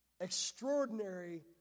extraordinary